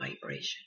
vibration